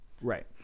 right